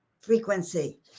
frequency